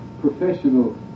professional